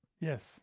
Yes